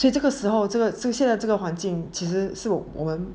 这这个时候这个现在这个环境其实是我们